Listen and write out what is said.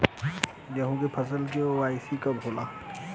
गेहूं के फसल के बोआई कब होला?